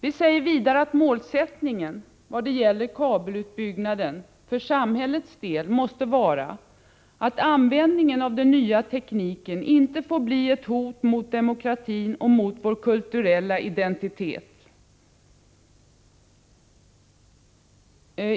Vi säger vidare att målsättningen vad gäller kabelutbyggnaden för samhällets del måste vara att användningen av den nya tekniken inte får bli ett hot mot demokratin och mot vår kulturella identitet.